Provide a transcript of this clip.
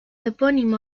epónimo